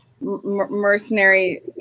mercenary